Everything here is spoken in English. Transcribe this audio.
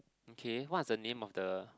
okay what's the name of the